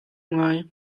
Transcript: ngai